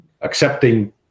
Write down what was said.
accepting